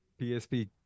PSP